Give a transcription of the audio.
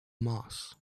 moss